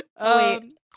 Wait